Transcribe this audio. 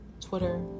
Twitter